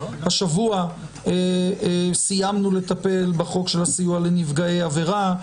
השבוע סיימנו לטפל בחוק של הסיוע לנפגעי עבירה.